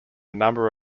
number